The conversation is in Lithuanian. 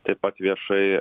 taip pat viešai